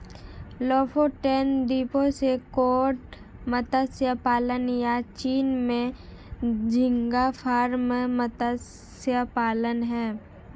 Lofoten द्वीपों से cod मत्स्य पालन, या चीन में झींगा फार्म मत्स्य पालन हैं